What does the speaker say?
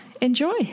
enjoy